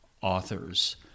authors